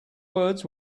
words